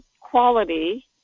quality